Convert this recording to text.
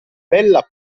bella